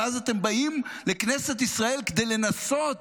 ואז אתם באים לכנסת ישראל כדי לנסות